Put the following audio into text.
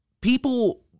People